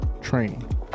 training